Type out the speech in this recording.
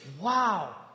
Wow